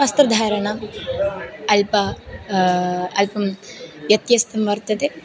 वस्त्रधारणम् अल्पम् अल्पं व्यत्यस्तं वर्तते